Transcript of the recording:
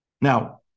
Now